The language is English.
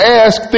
ask